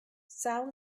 sal